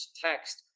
text